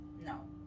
No